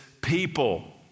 people